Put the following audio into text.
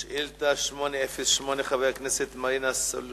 חבר הכנסת ישראל